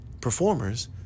performers